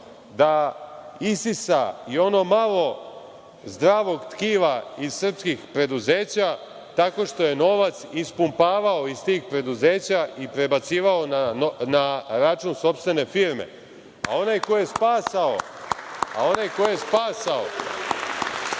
da isisa i ono malo zdravog tkiva iz srpskih preduzeća tako što je novac ispumpavao iz tih preduzeća i prebacivao na račun sopstvene firme. Onaj ko je spasao srpsku